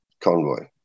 convoy